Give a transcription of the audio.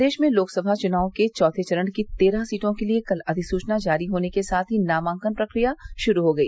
प्रदेश में लोकसभा चुनाव के चौथे चरण की तेरह सीटों के लिये कल अधिसूचना जारी होने के साथ ही नामांकन प्रक्रिया शुरू हो गई